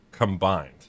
combined